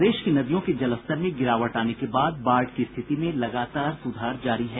प्रदेश की नदियों के जलस्तर में गिरावट आने के बाद बाढ़ की स्थिति में लगातार सुधार जारी है